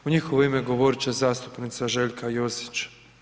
U njihovo ime govorit će zastupnica Željka Josić.